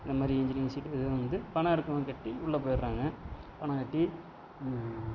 இந்த மாதிரி engineering seat இதெல்லாம் வந்து பணம் இருக்கிறவுங்க கட்டி உள்ள போயிடுறாங்க பணம் கட்டி